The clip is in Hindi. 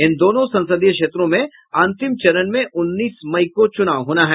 इन दोनों संसदीय क्षेत्रों में अंतिम चरण में उन्नीस मई को चुनाव होना है